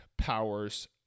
powers